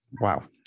Wow